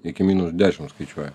iki minus ešim skaičiuoja